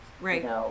Right